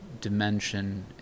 dimension